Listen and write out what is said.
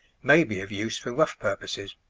may be of use for rough purposes.